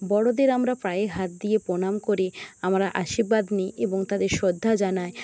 বড়োদের আমরা পায়ে হাত দিয়ে প্রণাম করে আমরা আশীর্বাদ নিই এবং তাদের শ্রদ্ধা জানাই